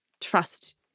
trust